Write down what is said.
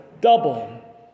double